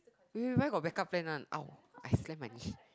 wait wait where got backup plan one !ow! I slammed my knee